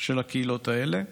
של הקהילות האלה.